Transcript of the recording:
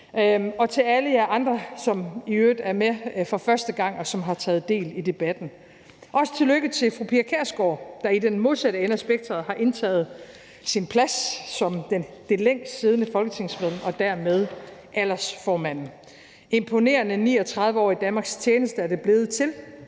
til alle jer andre, som i øvrigt er med for første gang, og som har taget del i debatten. Også tillykke til fru Pia Kjærsgaard, der i den modsatte ende af spektret har indtaget sin plads som det længst siddende folketingsmedlem og dermed aldersformand. Imponerende 39 år i Danmarks tjeneste er det blevet til.